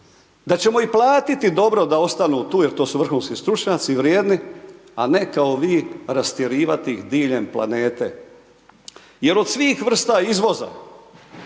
da ćemo ih platiti dobro da ostanu tu jer to su vrhunsku stručnjaci, vrijedni, a ne kao vi rastjerivati ih diljem planete, jer od svih vrsta izvoza,